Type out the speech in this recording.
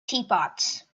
teapots